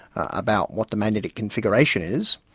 about what the magnetic configurations is.